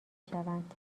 شوند